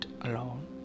alone